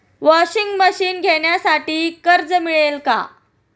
Washing machine घेण्यासाठी कर्ज मिळेल का?